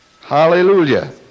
Hallelujah